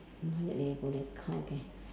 not yet leh